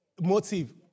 motive